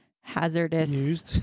hazardous